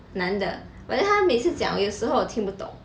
男的 but then 他每次讲我有时候听不懂